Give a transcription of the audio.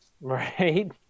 right